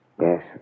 Yes